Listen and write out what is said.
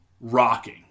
rocking